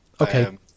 Okay